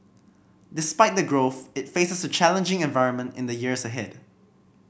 despite the growth it faces a challenging environment in the years ahead